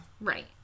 Right